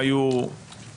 הם היו כלום,